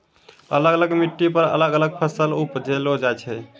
अलग अलग मिट्टी पर अलग अलग फसल उपजैलो जाय छै